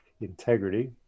integrity